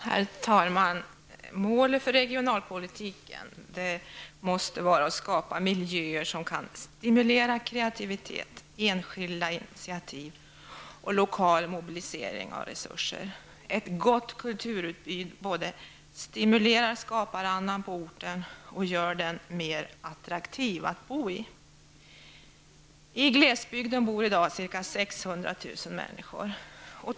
Herr talman! Målet för regionalpolitiken måste vara att skapa miljöer som kan stimulera kreativitet, enskilda initiativ och lokal mobilisering av resurser. Ett gott kulturutbud både stimulerar skaparandan på orten och gör den mer attraktiv att bo i. I glesbygden bor i dag ca 600 000 människor.